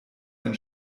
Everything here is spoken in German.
ein